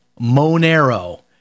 Monero